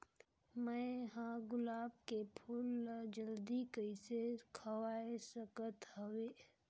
मैं ह गुलाब के फूल ला जल्दी कइसे खवाय सकथ हवे?